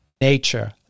nature